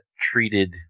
treated